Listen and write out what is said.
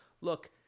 Look